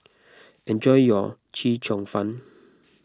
enjoy your Chee Cheong Fun